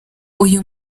uyu